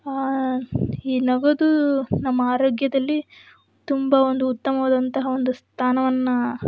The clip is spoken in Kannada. ಈ ನಗೋದು ನಮ್ಮ ಆರೋಗ್ಯದಲ್ಲಿ ತುಂಬ ಒಂದು ಉತ್ತಮವಾದಂತಹ ಒಂದು ಸ್ಥಾನವನ್ನು